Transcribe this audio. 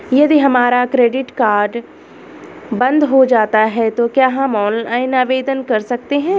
यदि हमारा credit card बंद हो जाता है तो क्या हम ऑनलाइन आवेदन कर सकते हैं?